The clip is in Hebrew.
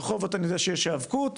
ברחובות אני יודע שיש היאבקות,